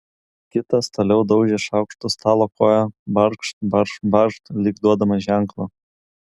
kitas toliau daužė šaukštu stalo koją barkšt barkšt barkšt lyg duodamas ženklą